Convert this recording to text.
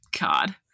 God